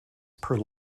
per